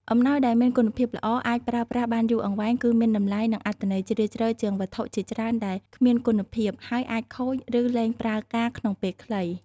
អំណោយដែលមានគុណភាពល្អ អាចប្រើប្រាស់បានយូរអង្វែង គឺមានតម្លៃ និងអត្ថន័យជ្រាលជ្រៅជាងវត្ថុជាច្រើនដែលគ្មានគុណភាព ហើយអាចខូច ឬលែងប្រើការក្នុងពេលខ្លី។